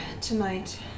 tonight